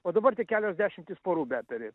o dabar tik kelios dešimtys porų beperi